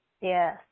Yes